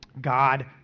God